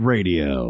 Radio